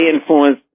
influence